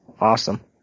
Awesome